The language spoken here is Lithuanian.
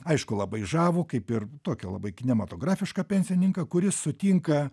aišku labai žavų kaip ir tokį labai kinematografišką pensininką kuris sutinka